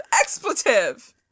expletive